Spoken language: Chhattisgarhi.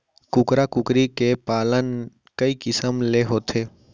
कुकरा कुकरी के पालन कई किसम ले होथे